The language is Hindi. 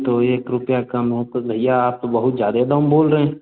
तो एक रुपया कम हो तो भैया आप तो बहुत ज़्यादा दाम बोल रहें